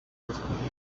ishuri